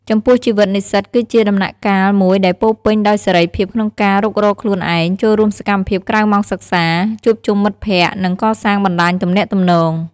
ចំពោះជីវិតនិស្សិតគឺជាដំណាក់កាលមួយដែលពោរពេញដោយសេរីភាពក្នុងការរុករកខ្លួនឯង ចូលរួមសកម្មភាពក្រៅម៉ោងសិក្សា ជួបជុំមិត្តភក្តិ និងកសាងបណ្តាញទំនាក់ទំនង។